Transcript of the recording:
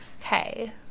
okay